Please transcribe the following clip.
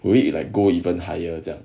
will it like go even higher 这样